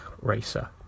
racer